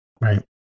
right